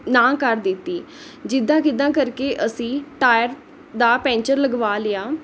ਨਾਂਹ ਕਰ ਦਿੱਤੀ ਜਿੱਦਾਂ ਕਿੱਦਾਂ ਕਰਕੇ ਅਸੀਂ ਟਾਇਰ ਦਾ ਪੈਂਚਰ ਲਗਵਾ ਲਿਆ